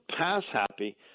pass-happy